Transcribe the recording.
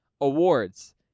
Awards